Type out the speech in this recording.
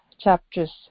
chapters